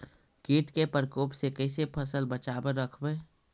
कीट के परकोप से कैसे फसल बचाब रखबय?